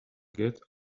get